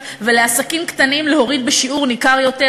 ולעסקים קטנים להוריד בשיעור ניכר יותר,